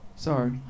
Sorry